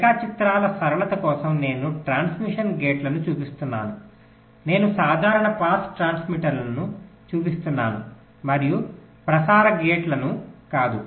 రేఖాచిత్రాల సరళత కోసం నేను ట్రాన్స్మిషన్ గేట్లను చూపిస్తున్నాను నేను సాధారణ పాస్ ట్రాన్సిస్టర్లను చూపిస్తున్నాను మరియు ప్రసార గేట్లను కాదు